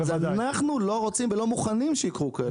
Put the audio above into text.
אנחנו לא רוצים ולא מוכנים שיקרו כאלה מקרים.